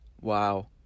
Wow